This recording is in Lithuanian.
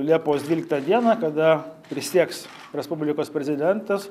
liepos dvyliktą dieną kada prisieks respublikos prezidentas